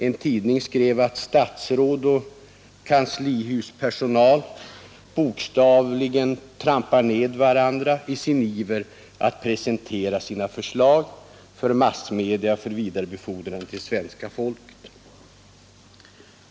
En tidning skrev att statsråd och kanslihuspersonal bokstavligen trampar ned varandra i sin iver att presentera sina förslag för massmedia för vidare befordran till svenska folket.